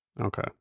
Okay